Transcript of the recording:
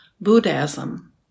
Buddhism